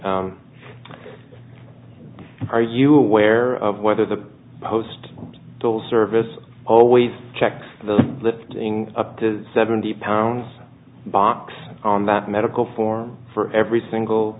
are you aware of whether the post service always checks the lifting up to seventy pounds box on the medical form for every single